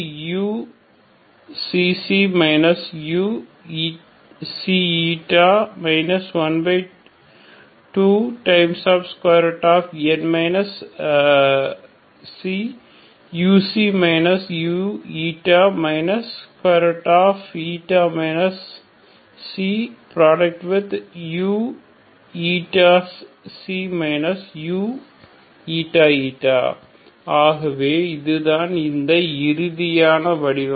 uxx2 12 u u uξξ uξη 12 u u uηξ uηη ஆகவே இது தான் அந்த இறுதியான வடிவம்